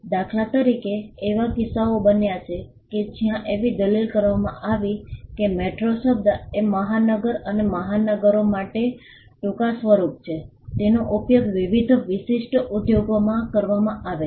દાખલા તરીકે એવા કિસ્સાઓ બન્યા છે કે જ્યાં એવી દલીલ કરવામાં આવી છે કે મેટ્રો શબ્દ જે મહાનગર અથવા મહાનગરો માટે ટૂંકા સ્વરૂપ છે તેનો ઉપયોગ વિવિધ વિશિષ્ટ ઉદ્યોગોમાં કરવામાં આવ્યો છે